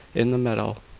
in the meadow.